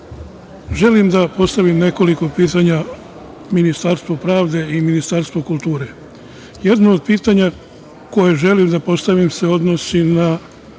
želim da postavim nekoliko pitanja Ministarstvu pravde i Ministarstvu kulture. Jedno od pitanja koje želim da postavim se odnosi na